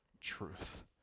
truth